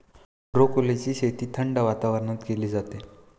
ब्रोकोलीची शेती थंड वातावरणात केली जाते